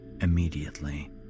immediately